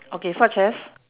okay such as